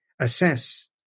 assess